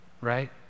right